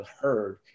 heard